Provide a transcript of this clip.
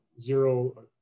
zero